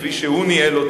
כפי שהוא ניהל,